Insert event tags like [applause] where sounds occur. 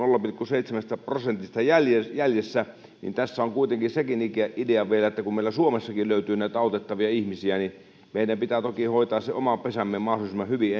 pilkku seitsemästä prosentista jäljessä jäljessä niin tässä on kuitenkin sekin idea idea vielä että kun meillä suomessakin löytyy näitä autettavia ihmisiä niin meidän pitää toki hoitaa se oma pesämme mahdollisimman hyvin [unintelligible]